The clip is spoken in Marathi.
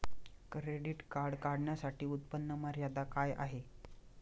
क्रेडिट कार्ड काढण्यासाठी उत्पन्न मर्यादा काय आहे?